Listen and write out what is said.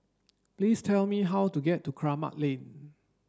please tell me how to get to Kramat Lane